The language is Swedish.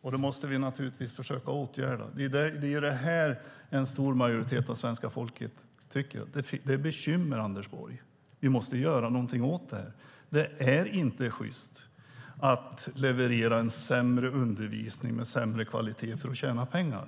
Och då måste vi naturligtvis försöka åtgärda det hela. Det är detta en stor majoritet av svenska folket tycker. Det finns bekymmer, Anders Borg, och vi måste göra någonting åt det. Det är inte sjyst att leverera en undervisning av sämre kvalitet för att tjäna pengar.